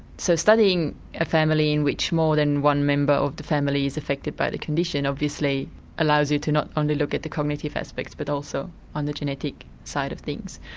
so studying a family in which more than one member of the family is affected by the condition obviously allows you to not only look at the cognitive aspects but also on the genetic side of things.